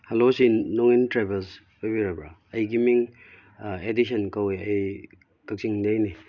hello ꯑꯁꯤ ꯅꯣꯡꯌꯤꯟ travels ꯑꯣꯏꯕꯤꯔꯕ꯭ꯔꯥ ꯑꯩꯒꯤ ꯃꯤꯡ ꯑꯦꯗꯤꯁꯟ ꯀꯧꯏ ꯑꯩ ꯀꯛꯆꯤꯡꯗꯒꯤꯅꯤ